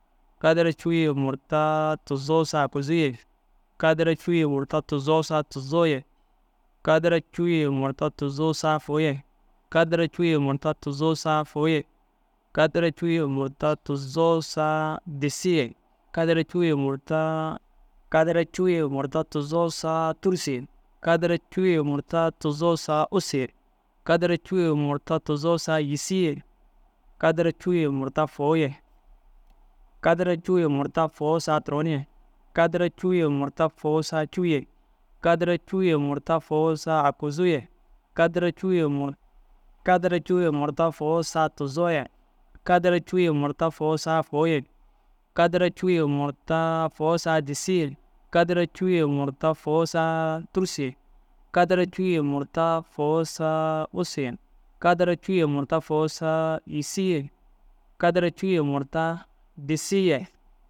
Kadara cûu ye murta tuzoo saa aguzuu ye, kadara cûu ye murta tuzoo saa tuzoo ye, kadara cûu ye murta tuzoo saa fôu ye, kadara cûu ye murta tuzoo saa fôu ye, kadara cûu ye murta tuzoo saa disii ye, kadara cûu ye murtaa, kadara cûu ye murta tuzoo saa tûrusu ye, kadara cûu ye murta tuzoo saa ussu ye, kadara cûu ye murta tuzoo saa yîsii ye, kadara cûu ye murta fôu ye. Kadara cûu ye murta fôu saa turon ye, kadara cûu ye murta fôu saa cûu ye, kadara cûu ye murta fôu saa aguzuu ye, kadara cûu ye murta kadara cûu murta fôu saa tuzoo ye, kadara cûu ye murta fôu saa fôu ye, kadara cûu ye murta fôu saa disii ye, kadara cûu ye murta fôu saa tûrusu ye, kadara cûu ye murta fôu saa ussu ye, kadara cûu ye murta fôu saa yîsii ye, kadara cûu ye disii ye.